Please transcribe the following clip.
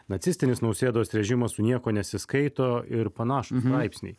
nacistinis nausėdos režimas su niekuo nesiskaito ir panašūs straipsniai